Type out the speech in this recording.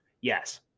Yes